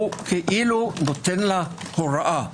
הוא כאילו נותן לה הוראה: